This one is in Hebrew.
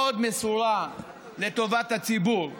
מאוד מסורה, לטובת הציבור,